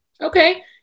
Okay